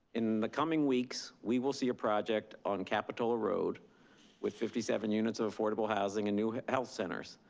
in the coming weeks, we will see a project on capitola road with fifty seven units of affordable housing new health centers.